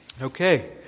Okay